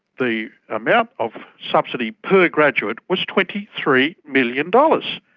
the amount of subsidy per graduate was twenty three million dollars.